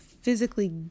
physically